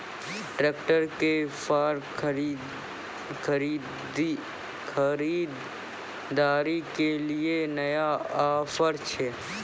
Tractor के फार खरीदारी के लिए नया ऑफर छ?